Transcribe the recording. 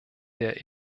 der